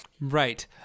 Right